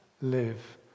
live